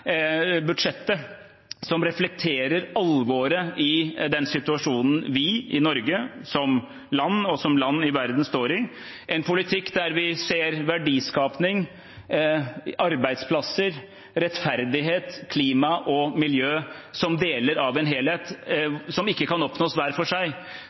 budsjettet som reflekterer alvoret i den situasjonen vi i Norge som land og som andre land i verden står i, en politikk der vi ser verdiskaping, arbeidsplasser, rettferdighet, klima og miljø som deler av en helhet som ikke kan oppnås hver for seg.